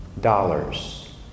dollars